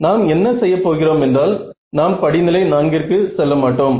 நாம் என்ன செய்ய போகிறோம் என்றால் நாம் படிநிலை 4 ற்கு செல்ல மாட்டோம்